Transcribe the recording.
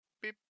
beep